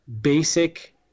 basic